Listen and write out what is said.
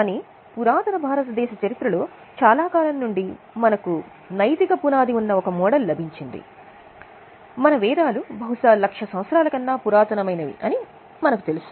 కానీ పురాతన భారతదేశ చరిత్రలో చాలా కాలం నుండి మనకు నైతిక పునాది ఉన్న ఒక మోడల్ లభించింది మన వేదాలు బహుశా లక్ష సంవత్సరాల కన్నా పురాతన మైనవి అని మనకు తెలుసు